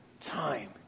time